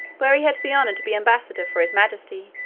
where he had the honour to be ambassador from his majesty,